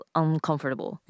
uncomfortable